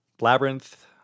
labyrinth